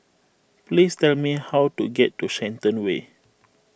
please tell me how to get to Shenton Way